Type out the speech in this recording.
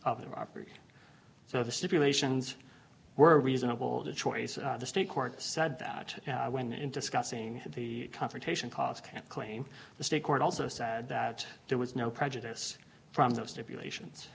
of the property so the stipulations were reasonable choice the state court said that when in discussing the confrontation calls can claim the state court also say that there was no prejudice from those stipulations